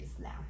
now